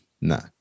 no